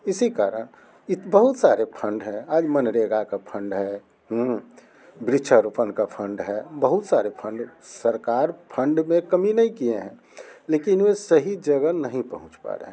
इसी कारण ये बहुत सारे फंड है आज मनरेगा का फंड है वृक्षारोपण का फंड है बहुत सारे सरकार फंड में कमी नहीं किए हैं लेकिन वे सही जगह नहीं पहुँच पा रहे हैं